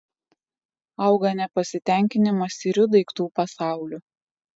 auga nepasitenkinimas iriu daiktų pasauliu